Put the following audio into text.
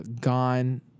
gone